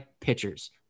pitchers